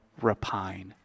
repine